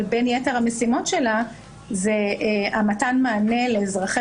אבל בין יתר המשימות שלה זה מתן מענה לאזרחי